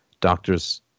doctors